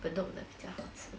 bedok 的比较好吃